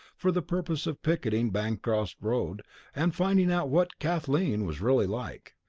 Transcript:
for the purpose of picketing bancroft road and finding out what kathleen was really like.